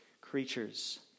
creatures